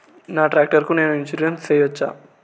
నా టాక్టర్ కు నేను ఇన్సూరెన్సు సేయొచ్చా?